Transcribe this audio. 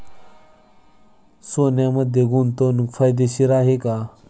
सोन्यामध्ये गुंतवणूक फायदेशीर आहे का?